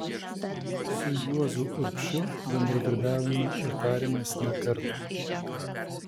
su juozu urbšiu bendradarbiavome ir tarėmės ne kartą